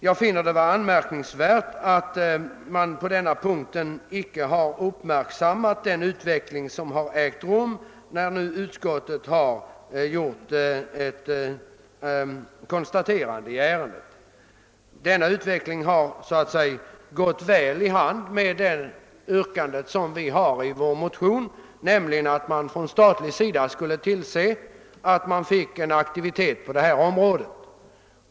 Jag finner det anmärkningsvärt att utskottet inte uppmärksammat den utveckling som ägt rum och som väl överensstämmer med yrkandet i vår motion, nämligen att man borde skapa en statlig aktivitet på detta område.